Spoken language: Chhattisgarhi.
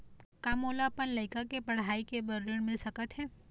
का मोला अपन लइका के पढ़ई के बर ऋण मिल सकत हे?